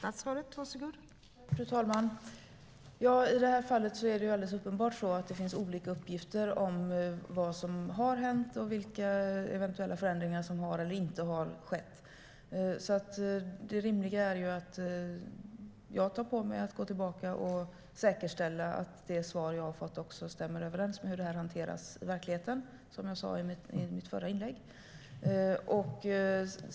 Fru talman! I det här fallet är det alldeles uppenbart att det finns olika uppgifter om vad som har hänt och vilka eventuella förändringar som har eller inte har skett. Det rimliga är att jag tar på mig att gå tillbaka och säkerställa att det svar jag fått stämmer överens med hur detta hanteras i verkligheten, som jag sa i mitt förra inlägg.